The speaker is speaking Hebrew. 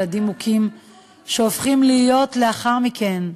אולם ילדים מוכים הופכים להיות, לאחר מכן,